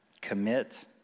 commit